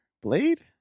Blade